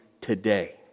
today